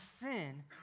sin